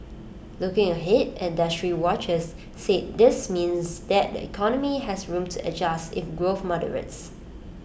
looking ahead industry watchers said this means that the economy has room to adjust if growth moderates